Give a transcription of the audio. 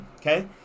okay